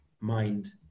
mind